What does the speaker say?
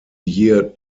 year